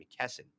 McKesson